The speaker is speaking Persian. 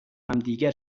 همدیگر